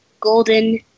golden